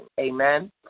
Amen